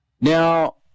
Now